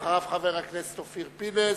אחריו, חבר הכנסת אופיר פינס,